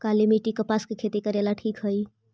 काली मिट्टी, कपास के खेती करेला ठिक हइ?